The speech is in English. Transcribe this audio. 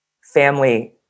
family